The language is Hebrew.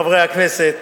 חברי הכנסת,